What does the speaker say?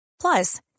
Plus